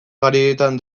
garaietan